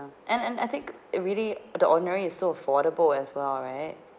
and and I think it really the ordinary is so affordable as well right